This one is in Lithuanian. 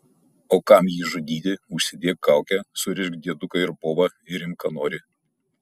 o kam jį žudyti užsidėk kaukę surišk dieduką ir bobą ir imk ką nori